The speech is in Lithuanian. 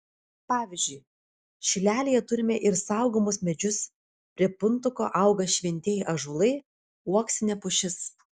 pavyzdžiui šilelyje turime ir saugomus medžius prie puntuko auga šventieji ąžuolai uoksinė pušis